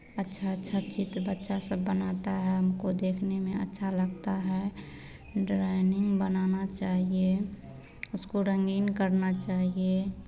अच्छा अच्छा चित्र बच्चा सब बनाता है हमको देखने में अच्छा लगता है ड्राइंग बनाना चाहिए उसको रंगीन करना चाहिए